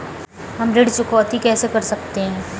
हम ऋण चुकौती कैसे कर सकते हैं?